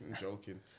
joking